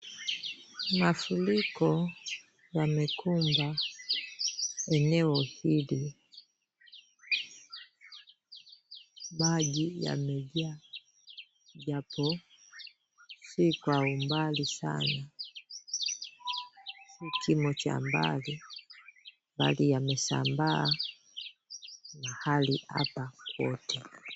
Mafuriko yamekumba eneo hili, maji yamejaa japo si kwa umbali sana, Si kimo cha mbali bali yamesambaa mahali hapa kwote.